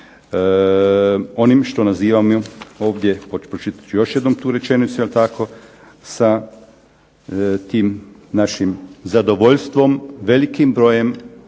onim što nazivamo ovdje pročitat ću još jednom tu rečenicu jel' tako sa tim našim zadovoljstvom, velikim brojem